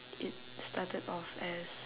it started off as